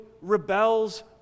rebels